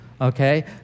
okay